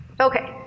Okay